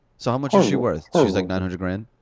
so how much is she worth? she's like nine hundred grand?